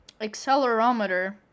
accelerometer